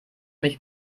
mich